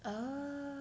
oh